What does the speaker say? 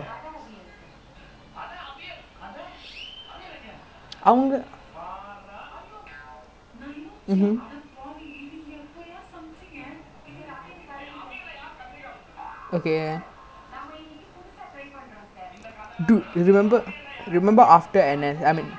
but then ya lah the year fives quite zai lah I think முன்னாடி:munnaadi like I think போன வருஷம் எதோ:pona varusham etho E day or normal day lah I don't know which day lah but like நா வந்து அந்த நாள்:naa vanthu antha naal sick இருந்தேன்:irunthaen then the rest of them went to play like year five year six I think they say like the year six [one] like ten nil something like that even after missing so many shots I don't know how the year five so bad